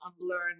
unlearn